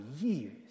years